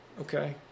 Okay